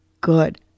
Good